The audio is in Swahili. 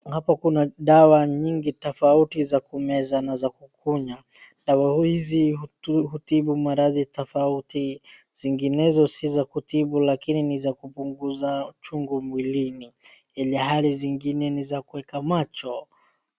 Hapo kuna dawa nyingi tofauti za kumeza na kukunya. Dawa hizi hutibu maradhi tofauti. Zinginezo si za kutibu lakini ni za kupunguza uchungu mwilini ilhali zingine ni za kuweka macho.